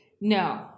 no